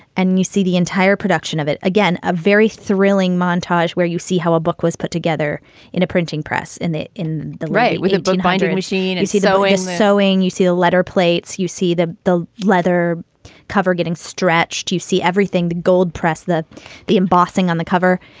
and you see the entire production of it. again, a very thrilling montage where you see how a book was put together in a printing press in the in the right with a binder machine as he's always sewing. you see a letter plates, you see the the leather cover getting stretched. you see everything, the gold press, the the embossing on the cover.